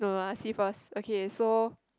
no lah see first okay so